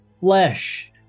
flesh